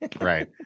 Right